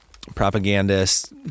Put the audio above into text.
propagandists